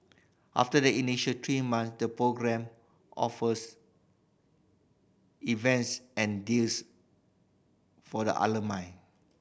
after the initial three months the program offers events and deals for the alumni